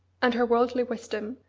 and her worldly wisdom,